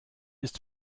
ist